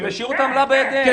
שהם ישאירו את העמלה בידיהם.